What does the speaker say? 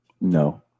No